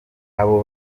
abo